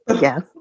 Yes